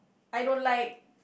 I don't like